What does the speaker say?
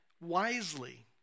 wisely